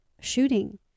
shooting